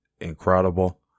incredible